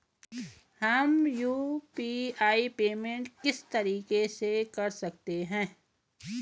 हम UPI payment किस तरीके से कर सकते हैं?